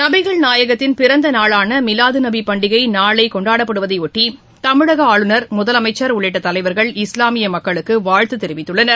நபிகள் நாயகத்தின் பிறந்தநாளான மீவாது நபி பண்டிகை நாளை கொண்டாடப்பட இருப்பதைபொட்டி தமிழக ஆளுநர் முதலமைச்சர் உள்ளிட்ட தலைவர்கள் இஸ்லாமிய மக்களுக்கு வாழ்த்து தெரிவித்துள்ளனர்